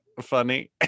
funny